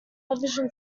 television